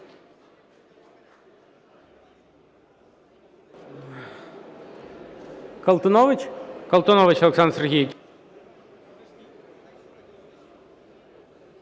Колтунович? Колтунович Олександр Сергійович.